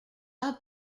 are